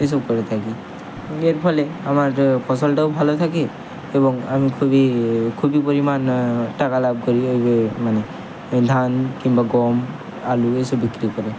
এসব করে থাকি এর ফলে আমার ফসলটাও ভালো থাকে এবং আমি খুবই খুবই পরিমাণ টাকা লাভ করি ওই ওই মানে ধান কিংবা গম আলু এই সব বিক্রি করে